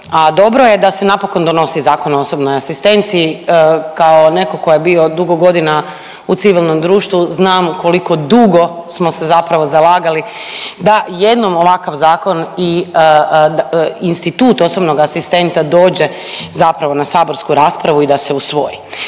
a dobro je da se napokon donosi Zakon o osobnoj asistenciji kao neko ko je bio dugo godina u civilnom društvu znam koliko dugo smo se zapravo zalagali da jednom ovakav zakon i institut osobnog asistenta dođe zapravo na saborsku raspravu i da se usvoji.